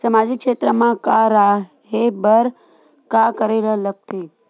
सामाजिक क्षेत्र मा रा हे बार का करे ला लग थे